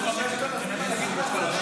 היו 5,000 אנשים.